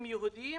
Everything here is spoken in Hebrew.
בישובים יהודיים